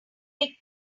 big